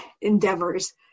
endeavors